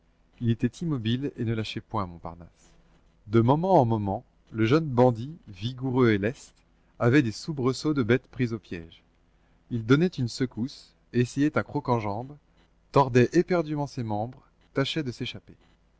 il était immobile et ne lâchait point montparnasse de moment en moment le jeune bandit vigoureux et leste avait des soubresauts de bête prise au piège il donnait une secousse essayait un croc-en-jambe tordait éperdument ses membres tâchait de s'échapper